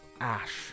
ash